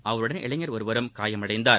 அவருடன் இளைஞர் ஒருவரும் காயமடைந்தார்